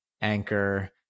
Anchor